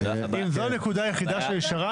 אם זאת הנקודה היחידה שנשארה,